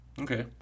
Okay